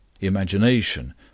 Imagination